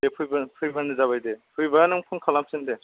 दे फैबा फैबानो जाबाय दे फैबा नों कल खालामफिन दे